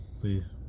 Please